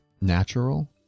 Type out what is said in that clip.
natural